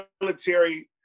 military